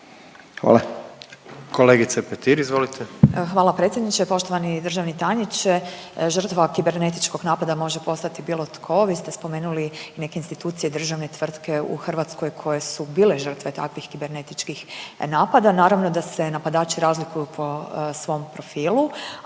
Marijana (Nezavisni)** Hvala predsjedniče. Poštovani državni tajniče, žrtva kibernetičkog napada može postati bilo tko, vi ste spomenuli i neke institucije i državne tvrtke u Hrvatskoj koje su bile žrtve takvih kibernetičkih napada. Naravno da se napadači razlikuju po svom profilu,